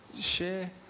share